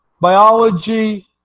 biology